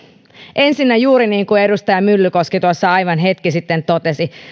ensinnäkin juuri niin kuin edustaja myllykoski tuossa aivan hetki sitten totesi